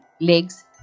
legs